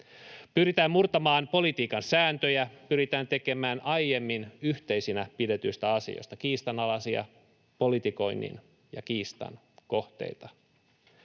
Pyritään murtamaan politiikan sääntöjä, pyritään tekemään aiemmin yhteisinä pidetyistä asioista kiistanalaisia politikoinnin ja kiistan kohteita.